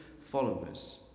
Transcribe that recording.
followers